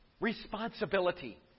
responsibility